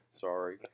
Sorry